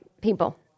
people